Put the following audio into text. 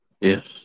Yes